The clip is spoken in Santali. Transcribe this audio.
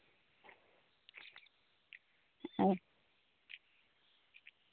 ᱚ